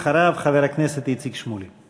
אחריו, חבר הכנסת איציק שמולי.